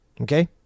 Okay